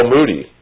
Moody